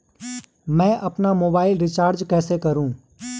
मैं अपना mobile recharge कैसे करूँ?